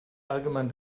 allgemein